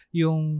yung